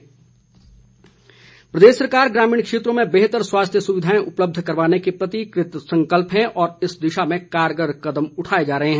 विपिन परमार प्रदेश सरकार ग्रामीण क्षेत्रों में बेहतर स्वास्थ्य सुविधाएं उपलब्ध कराने के प्रति कृत संकल्प है और इस दिशा में कारगर कदम उठाए जा रहे हैं